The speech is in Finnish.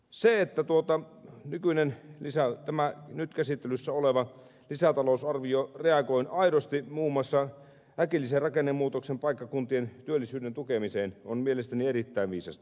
se että nykyinen nyt käsittelyssä oleva lisätalousarvio reagoi aidosti muun muassa äkillisen rakennemuutoksen paikkakuntien työllisyyden tukemiseen on mielestäni erittäin viisasta